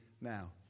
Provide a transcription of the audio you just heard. now